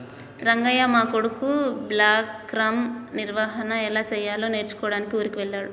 రంగయ్య మా కొడుకు బ్లాక్గ్రామ్ నిర్వహన ఎలా సెయ్యాలో నేర్చుకోడానికి ఊరికి వెళ్ళాడు